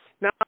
Now